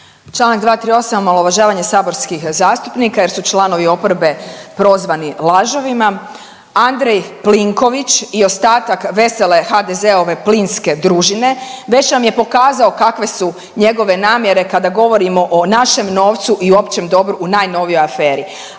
Čl. 238., omalovažavanje saborskih zastupnika jer su članovi oporbe prozvani lažovima, Andrej Plinković i ostatak vesele HDZ-ove plinske družine već nam je pokazao kakve su njegove namjere kada govorimo o našem novcu i općem dobru u najnovijoj aferi,